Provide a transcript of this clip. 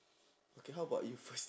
okay how about you first